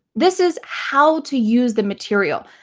this is how to use the material.